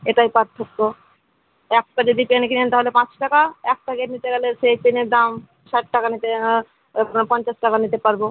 এটাই পার্থক্য একটা যদি পেন কেনেন তাহলে পাঁচশো টাকা এক প্যাকেট নিতে গেলে সেই পেনের দাম ষাট টাকা নিতে হ্যাঁ আপনার পঞ্চাশ টাকা নিতে পারবো